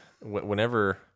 whenever